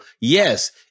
Yes